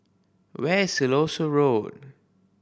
where is Siloso Road